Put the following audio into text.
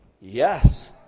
Yes